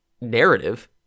narrative